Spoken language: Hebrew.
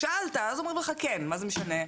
שאלת, אז אומרים לך כן, מה זה משנה.